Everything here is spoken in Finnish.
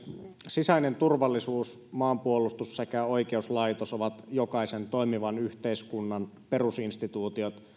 sisäinen turvallisuus maanpuolustus sekä oikeuslaitos ovat jokaisen toimivan yhteiskunnan perusinstituutiot